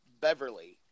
Beverly